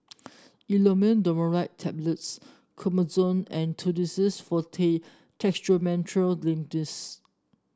Imodium Loperamide Tablets Omeprazole and Tussidex Forte Dextromethorphan Linctus